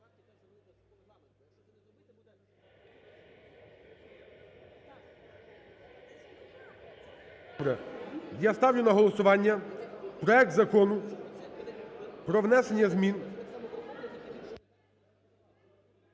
Я ставлю на голосування проект Закону про внесення змін…